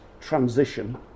transition